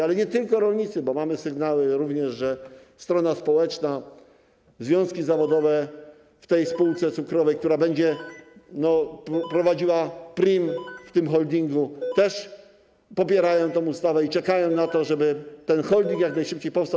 Ale nie tylko rolnicy, bo mamy sygnały, że również strona społeczna, związki zawodowe w tej spółce cukrowej, która będzie wiodła prym w tym holdingu, też popierają tę ustawę i czekają na to, żeby ten holding jak najszybciej powstał.